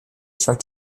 schwankt